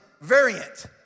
variant